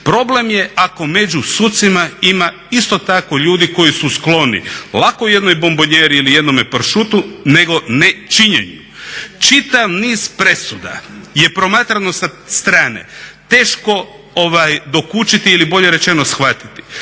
Problem je ako među sucima ima isto tako ljudi koji su skloni. Lako jednoj bombonjeri ili jednome pršutu, nego nečinjenju. Čitav niz presuda je promatrano sa strane teško dokučiti ili bolje rečeno shvatiti.